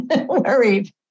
Worried